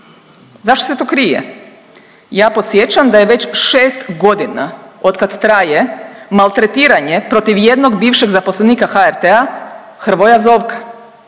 zašto se to krije? Ja podsjećam da je već 6.g. otkad traje maltretiranje protiv jednog bivšeg zaposlenika HRT-a Hrvoja Zovka